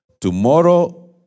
Tomorrow